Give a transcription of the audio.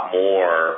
more